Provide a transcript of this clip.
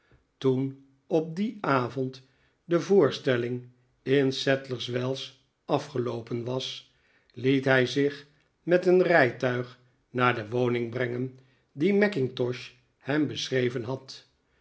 toen op dien avond de voorstelling in sadlers wells afgeloopen was liet hij zich met een rijtuig naar de woning brengen die mackintosh hem beschreven had